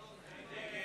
נמנע?